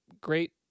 great